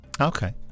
okay